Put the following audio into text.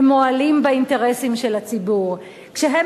הם מועלים באינטרסים של הציבור כשהם